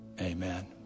Amen